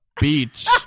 beach